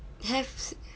have